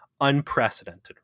unprecedented